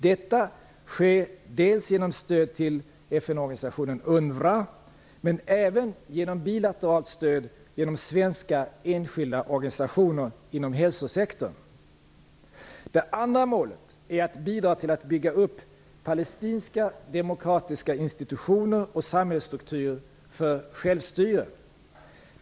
Detta sker genom stöd til FN-organisationen UNRWA, men även genom bilateralt stöd genom svenska enskilda organisationer inom hälsosektorn. Det andra målet är att bidra till att bygga upp palestinska demokratiska institutioner och samhällsstrukturer för självstyre.